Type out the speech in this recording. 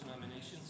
nominations